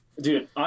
Dude